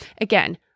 again